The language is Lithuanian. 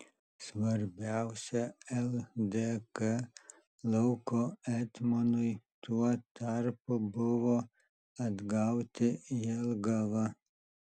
svarbiausia ldk lauko etmonui tuo tarpu buvo atgauti jelgavą